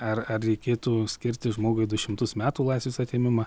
ar reikėtų skirti žmogui du šimtus metų laisvės atėmimą